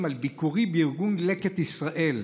ביקרתי בארגון לקט ישראל,